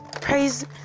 praise